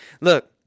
look